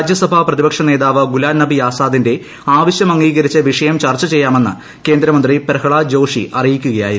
രാജ്യസഭാ പ്രതിപക്ഷ നേതാവ് ഗുലാംനബി ആസാദിന്റെ ആവശ്യം അംഗീകരിച്ച് വിഷയം ചർച്ച ചെയ്യാമെന്ന് കേന്ദ്രമന്ത്രി പ്രഹ്ലാദ് ജോഷി അറിയിക്കുകയായിരുന്നു